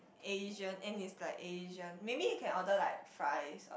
Asian and he's like Asian maybe you can order like fries